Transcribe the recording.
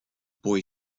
boy